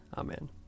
Amen